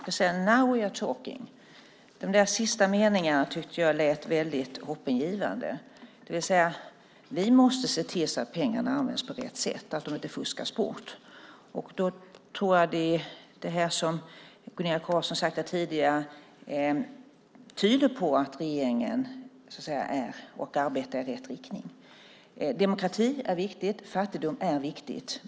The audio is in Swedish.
Herr talman! Now we are talking . De sista meningarna tyckte jag lät väldigt hoppingivande. Det vill säga: Vi måste se till att pengarna används på rätt sätt, att de inte fuskas bort. Då tror jag att det som Gunilla Carlsson har sagt här tidigare tyder på att regeringen arbetar i rätt riktning. Demokrati är viktigt. Fattigdom är viktigt.